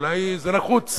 אולי זה נחוץ